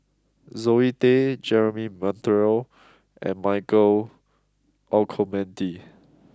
Zoe Tay Jeremy Monteiro and Michael Olcomendy